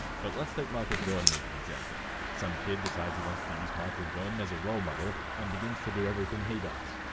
but let's take michael jordan as an example. some kid decides he wants to use michael jordan as a role model and begins to do everything he does.